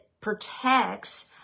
protects